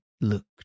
look